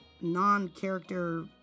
non-character